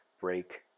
break